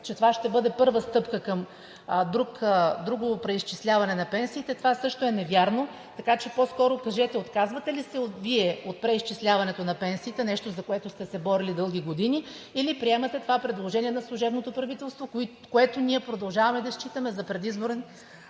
че това ще бъде първа стъпка към друго преизчисляване на пенсиите, също е невярно. Така че по-скоро кажете: Вие отказвате ли се от преизчисляването на пенсиите – нещо, за което сте се борили дълги години, или приемате това предложение на служебното правителство, което ние продължаваме да считаме с предизборен